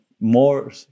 more